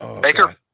Baker